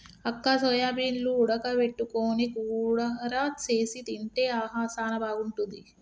అక్క సోయాబీన్లు ఉడక పెట్టుకొని కూర సేసి తింటే ఆహా సానా బాగుంటుంది